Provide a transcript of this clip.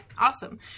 awesome